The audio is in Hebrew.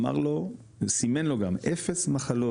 אמר לו וסימן לו גם אפס מחלות,